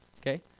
okay